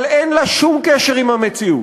אבל אין לה שום קשר עם המציאות.